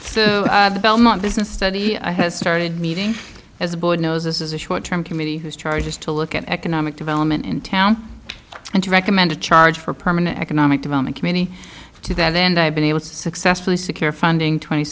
from the belmont business study i started meeting as a board knows this is a short term committee whose charge is to look at economic development in town and to recommend a charge for permanent economic development committee to that end i've been able to successfully secure funding twenty